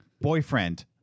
boyfriend